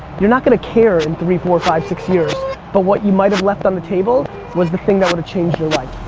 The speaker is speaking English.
you're not gonna care in three, four, five, six years but what you might've left on the table was the thing that would've changed your life.